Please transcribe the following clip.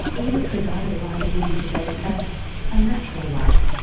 edith regarded the right of women to vote as a natural right,